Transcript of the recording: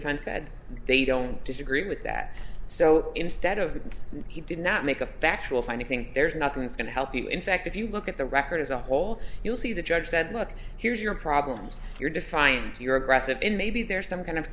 defense said they don't disagree with that so instead of that he did not make a factual finding there's nothing that's going to help you in fact if you look at the record as a whole you'll see the judge said look here's your problems you're defined you're aggressive and maybe there's some kind of